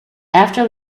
after